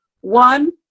one